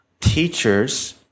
teachers